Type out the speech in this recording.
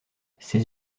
ses